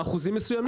באחוזים מסוימים.